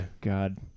God